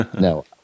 no